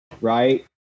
right